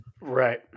Right